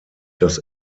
das